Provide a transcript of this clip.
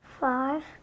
Five